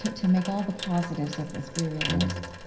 to make all the positives of this be realized